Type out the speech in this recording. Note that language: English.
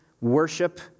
worship